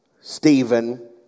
Stephen